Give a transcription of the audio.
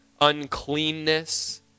uncleanness